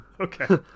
Okay